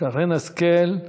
שרן השכל.